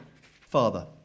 Father